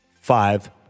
Five